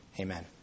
Amen